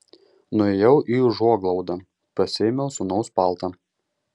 nuėjau į užuoglaudą pasiėmiau sūnaus paltą